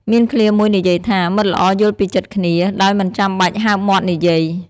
មានឃ្លាមួយនិយាយថា "មិត្តល្អយល់ពីចិត្តគ្នា ដោយមិនចាំបាច់ហើបមាត់និយាយ"